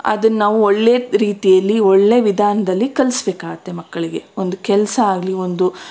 ಅದನ್ನು ನಾವು ಒಳ್ಳೆಯ ರೀತಿಯಲ್ಲಿ ಒಳ್ಳೆಯ ವಿಧಾನದಲ್ಲಿ ಕಲ್ಸ್ಬೇಕಾಗುತ್ತೆ ಮಕ್ಕಳಿಗೆ ಒಂದು ಕೆಲಸ ಆಗಲಿ ಒಂದು